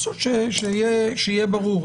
פשוט שיהיה ברור.